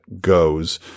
goes